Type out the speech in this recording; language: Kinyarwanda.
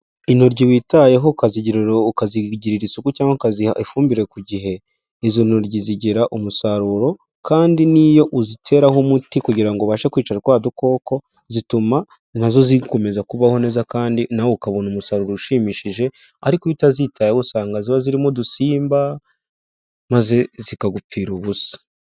Intoryi witayeho ukazigiria, ukazigirira isuku cyangwa ukaziha ifumbire ku gihe, izo ntoryi zigira umusaruro kandi n'iyo uziteraho umuti kugira ngo ubashe kwica twa dukoko, zituma nazo zikomeza kubaho neza kandi nawe ukabona umusaruro ushimishije ariko iyo utazitayeho usanga ziba zirimo udusimba maze zikagupfira ubusa.